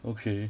okay